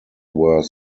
were